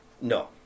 No